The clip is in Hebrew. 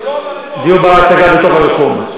דיור בר-השגה זה בתוך הרפורמה.